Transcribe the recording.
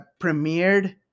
premiered